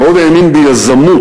הוא מאוד האמין ביזמות,